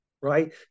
right